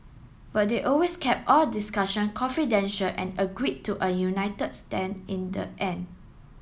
but they always kept all discussion confidential and agreed to a united stand in the end